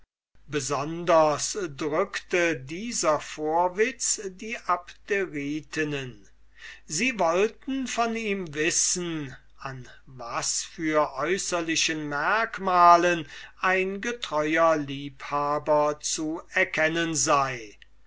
besonders drückte dieser vorwitz die abderitinnen sie wollten von ihm wissen an was für äußerlichen merkmalen ein getreuer liebhaber zu erkennen sei